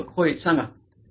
प्राध्यापक होय सांगा